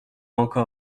encore